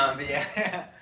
um, yeah,